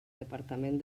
departament